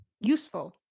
useful